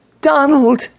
Donald